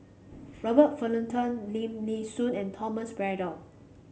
Robert Fullerton Lim Nee Soon and Thomas Braddell